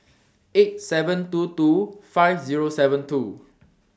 eight seven two two five Zero seven two